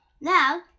Now